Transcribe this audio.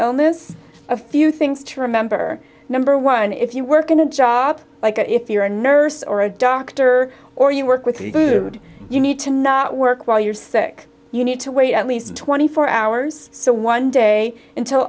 illness a few things to remember number one if you work in a job like that if you're a nurse or a doctor or you work with you would you need to not work while you're sick you need to wait at least twenty four hours so one day until